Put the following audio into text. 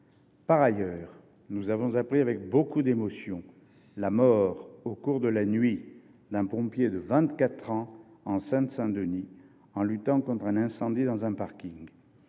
Par ailleurs, nous avons appris avec beaucoup d’émotion la mort, au cours de la nuit, d’un pompier de 24 ans en Seine Saint Denis, alors qu’il luttait contre un incendie dans un parking.